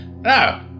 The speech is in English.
No